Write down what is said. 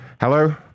Hello